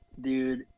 dude